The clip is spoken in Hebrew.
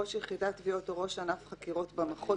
ראש יחידת תביעות או ראש ענף חקירות במחוז,